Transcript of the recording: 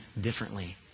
differently